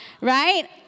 Right